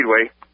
Speedway